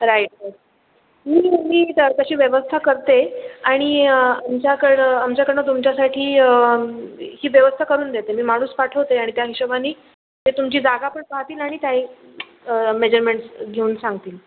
right मी मी तशी व्यवस्था करते आणि आमच्याकडे आमच्याकडून तुमच्यासाठी ही व्यवस्था करून देते मी माणूस पाठवते आणि त्या हिशोबाने ते तुमची जागा पण पाहतील आणि काही मेजरमेंट्स घेऊन सांगतील